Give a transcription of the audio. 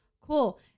Cool